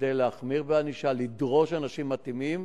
כדי להחמיר בענישה, לדרוש אנשים מתאימים,